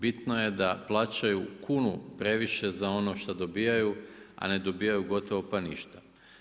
Bitno je da plaćaju kunu previše za ono što dobivaju a ne dobivaju gotovo pa ništa.